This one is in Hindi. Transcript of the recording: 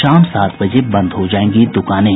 शाम सात बजे बंद हो जायेंगी द्कानें